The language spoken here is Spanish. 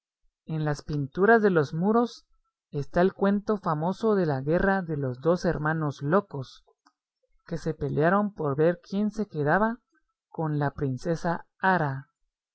en las pinturas de los muros está el cuento famoso de la guerra de los dos hermanos locos que se pelearon por ver quién se quedaba con la princesa ara